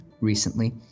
recently